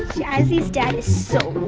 jazzy's dad is so